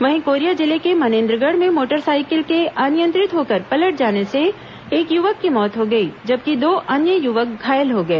वहीं कोरिया जिले के मनेन्द्रगढ़ में मोटरसाइकिल के अनियंत्रित होकर पलट जाने से एक युवक की मौत हो गई जबकि दो अन्य युवक घायल हो गए